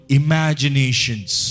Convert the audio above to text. imaginations